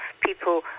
people